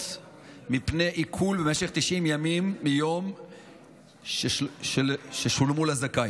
מפני עיקול במשך 90 ימים מיום ששולמו לזכאי.